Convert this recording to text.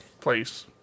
place